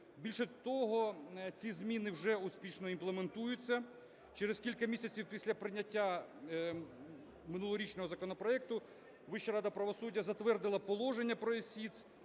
Більше того, ці зміни вже успішно імплементуються. Через кілька місяців після прийняття минулорічного законопроекту Вища рада правосуддя затвердила положення про ЄСІТС,